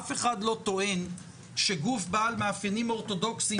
אף אחד לא טוען שגוף בעל מאפיינים אורתודוכסים